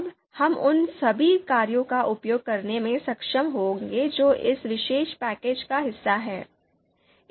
अब हम उन सभी कार्यों का उपयोग करने में सक्षम होंगे जो इस विशेष पैकेज का हिस्सा हैं